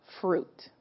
fruit